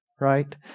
Right